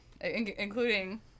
including